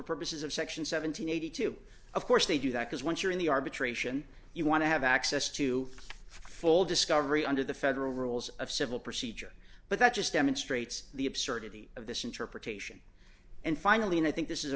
purposes of section seven hundred and eighty two of course they do that because once you're in the arbitration you want to have access to full discovery under the federal rules of civil procedure but that just demonstrates the absurdity of this interpretation and finally and i think this is a